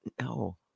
No